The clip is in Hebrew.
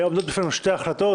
עומדות בפנינו שתי הצעות: